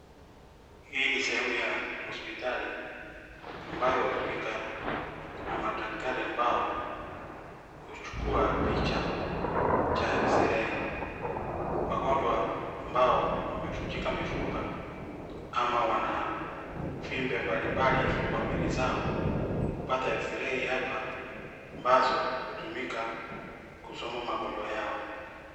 Hii ni sehemu ya hospitali ambayo hutumika na madaktari ambao huchukuwa picha cha x-ray , wagonjwa ambao wamevunjika mifupa ama wana vimbe mbalimbali kwa miili zao hupata x-ray hapa ambazo hutumika kusoma magonjwa yao.